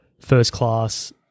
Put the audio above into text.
first-class